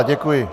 Děkuji.